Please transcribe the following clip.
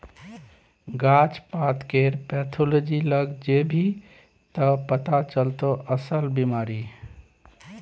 गाछ पातकेर पैथोलॉजी लग जेभी त पथा चलतौ अस्सल बिमारी